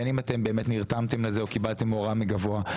בין אם אתם באמת נרתמתם לזה או קיבלתם הוראה מגבוה,